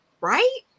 Right